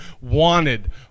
wanted